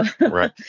Right